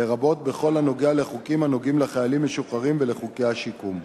לרבות בכל הקשור לחוקים הנוגעים לחיילים משוחררים ולחוקי השיקום.